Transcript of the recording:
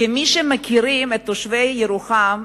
כמי שמכירים את תושבי ירוחם,